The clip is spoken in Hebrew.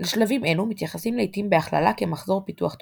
אל שלבים אלו מתייחסים לעיתים בהכללה כמחזור פיתוח תוכנה.